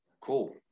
Cool